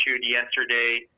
yesterday